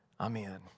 Amen